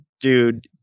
Dude